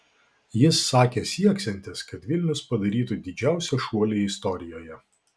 jis sakė sieksiantis kad vilnius padarytų didžiausią šuolį istorijoje